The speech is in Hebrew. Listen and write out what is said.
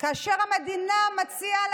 המדינה יכולה